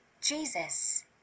Jesus